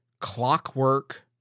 clockwork